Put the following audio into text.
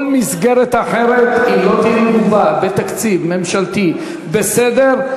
כל מסגרת אחרת לא תהיה מגובה בתקציב ממשלתי, בסדר.